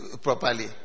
properly